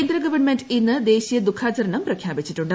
കേന്ദ്രഗവൺമെന്റ് ഇന്ന് ദേശീയ ദുഃഖാചരണം പ്രഖ്യാപിച്ചിട്ടുണ്ട്